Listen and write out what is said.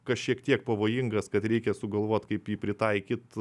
kas šiek tiek pavojingas kad reikia sugalvot kaip jį pritaikyt